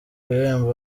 bihembo